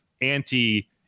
anti